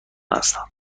هستند